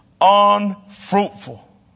unfruitful